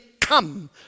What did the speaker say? come